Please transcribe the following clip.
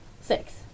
Six